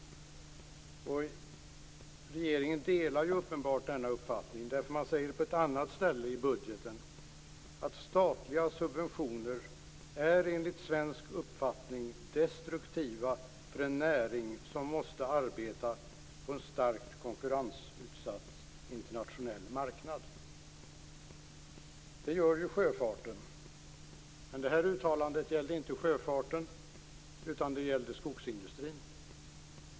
Regeringen delar ju uppenbarligen denna uppfattningen eftersom man på ett annat ställe i budgeten säger att statliga subventioner enligt svensk uppfattning är destruktiva för en näring som måste arbeta på en starkt konkurrensutsatt internationell marknad. Det gör ju sjöfarten. Men det här uttalandet gällde inte sjöfarten, utan det gällde skogsindustrin.